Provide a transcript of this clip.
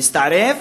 המסתערב